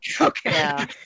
Okay